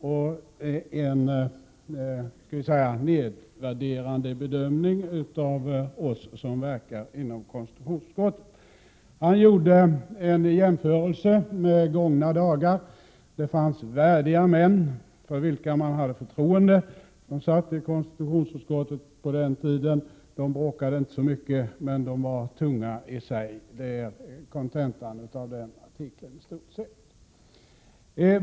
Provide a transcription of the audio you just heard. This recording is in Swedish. Den innehöll också en nedvärderande bedömning av oss som verkar inom konstitutionsutskottet. Eric Holmqvist gjorde en jämförelse med gångna dagar, då det var värdiga män för vilka man hade förtroende som satt i konstitutionsutskottet. De bråkade inte så mycket, men de hade tyngd i sig. Detta är i stort sett kontentan av artikeln.